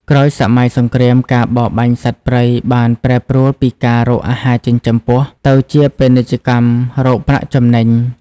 ក្រោយសម័យសង្គ្រាម ការបរបាញ់សត្វព្រៃបានប្រែប្រួលពីការរកអាហារចិញ្ចឹមពោះ ទៅជាពាណិជ្ជកម្មរកប្រាក់ចំណេញ។